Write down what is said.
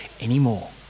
anymore